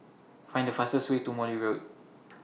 Find The fastest Way to Morley Road